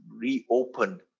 reopen